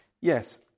Yes